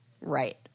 Right